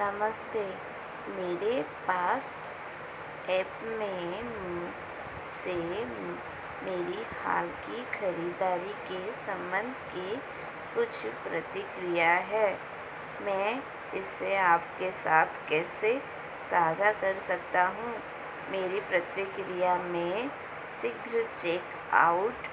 नमस्ते मेरे पास एपमे से मेरी हाल की खरीदारी के सम्बन्ध में कुछ प्रतिक्रिया है मैं इसे आपके साथ कैसे साझा कर सकता हूँ मेरी प्रतिक्रिया में शीघ्र चेक़आउट